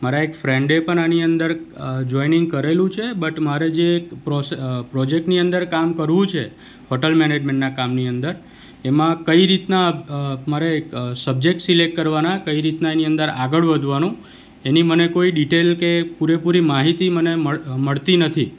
મારા એક ફ્રેન્ડે પણ આની અંદર જોઇનિંગ કરેલું છે બટ મારે જે એક પ્રોજેક્ટની અંદર કામ કરવું છે હોટલ મેનેજમેન્ટનાં કામની અંદર એમાં કઈ રીતના મારે એક સબ્જેક્ટ સિલેકટ કરવાના કઈ રીતના એની અંદર આગળ વધવાનું એની મને કોઈ ડિટેલ કે પૂરેપૂરી માહિતી મને મળતી નથી